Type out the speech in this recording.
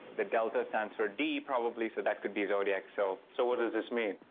the delta stands for d, probably, so that could be zodiac, so. so what does this mean?